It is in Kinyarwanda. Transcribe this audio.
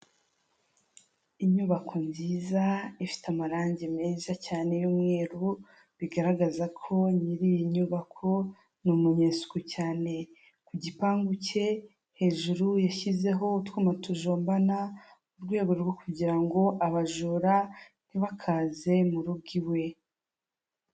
Inyubako nziza, ifite amarangi meza cyane y'umweru, bigaragaza ko nyiri iyi nyubako ni umunyesuku cyane. Ku gipangu cye hejuru, yashyizeho utwuma tujombana, mu rwego rwo kugirango abajura ntibakaze mu rugo iwe.